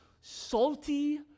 salty